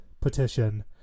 petition